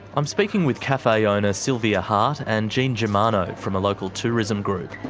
i'm speaking with cafe owner silvia hart, and jean germano from a local tourism group.